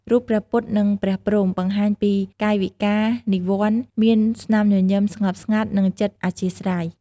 រូបព្រះពុទ្ធ និង ព្រះព្រហ្ម បង្ហាញជាកាយវិការនិវ័ន្ត មានស្នាមញញឹមស្ងប់ស្ងាត់ និងចិត្តអធ្យាស្រ័យ។